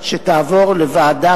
הנה, תשמע.